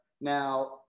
now